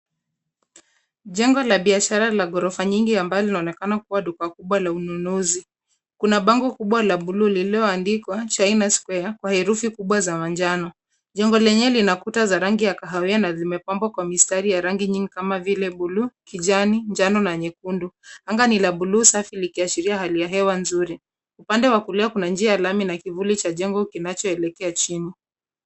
Jengo la biashara la ghorofa nyingi ambalo linaonekana kuwa duka kubwa la ununuzi. Kuna bango kubwa la blue lililoandikwa Chinasquare kwa herufi kubwa za manjano. Jengo lenyewe lina kuta za rangi za kahawia na zimepambwa kwa mistari ya rangi nyingi kama vile blue , kijani, njano na nyekundu. Anga ni la blue , safi, likiashiria hali ya hewa nzuri. Upande wa kulia kuna njia ya lami na kivuli cha jengo kinachoelekea chini.